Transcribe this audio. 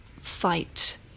fight